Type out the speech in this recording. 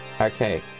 Okay